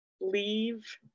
leave